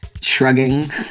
shrugging